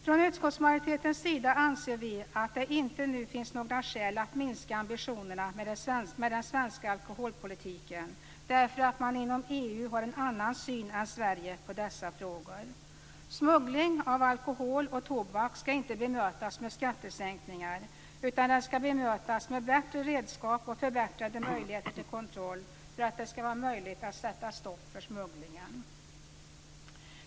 Från utskottsmajoritetens sida anser vi att det inte nu finns några skäl att minska ambitionerna med den svenska alkoholpolitiken för att man inom EU har en annan syn än Sverige på dessa frågor. Smuggling av alkohol och tobak skall inte bemötas med skattesänkningar, utan med bättre redskap och förbättrade möjligheter till kontroll för att det skall vara möjligt att sätta stopp för smugglingen.